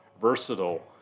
versatile